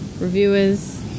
reviewers